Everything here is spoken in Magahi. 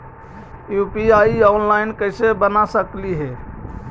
यु.पी.आई ऑनलाइन कैसे बना सकली हे?